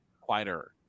quieter